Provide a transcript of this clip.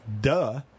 duh